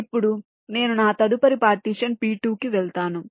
ఇప్పుడు నేను నా తదుపరి పార్టీషన్ P2 కి వెళ్తాను